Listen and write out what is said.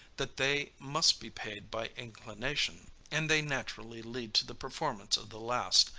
that they must be paid by inclination and they naturally lead to the performance of the last,